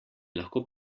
lahko